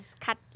cut